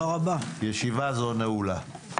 ישיבה זו נעולה.